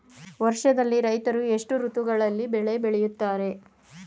ವರ್ಷದಲ್ಲಿ ರೈತರು ಎಷ್ಟು ಋತುಗಳಲ್ಲಿ ಬೆಳೆ ಬೆಳೆಯುತ್ತಾರೆ?